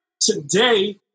today